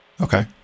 Okay